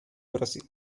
brasil